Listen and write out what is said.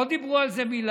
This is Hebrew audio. לא דיברו על זה מילה.